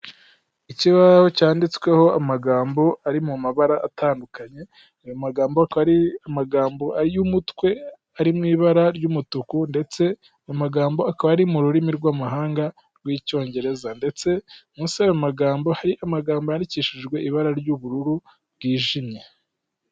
Ikibaho cyanditsweho amagambo ari mu mabara atandukanye, ayo magambo akaba ari amagambo ay'umutwe ari mu ibara ry'umutuku ndetse amagambo akaba ari mu rurimi rwamahanga rw'icyongereza ndetse munsi yayo magambo hari amagambo yandikishijwe ibara ry'ubururu bwijimye.